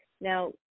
Now